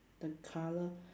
the colour